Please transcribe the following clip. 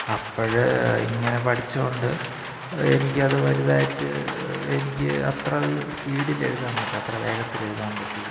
അപ്പം ഇങ്ങനെ പഠിച്ചതുകൊണ്ട് എനിക്കത് വലുതായിട്ട് എനിക്ക് അത്ര ഒരു സ്പീഡിൽ എഴുതാൻ പറ്റില്ല അത്ര വേഗത്തിൽ എഴുതാൻ പറ്റില്ല